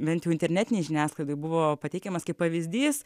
bent jau internetinėj žiniasklaidoj buvo pateikiamas kaip pavyzdys